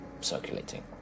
circulating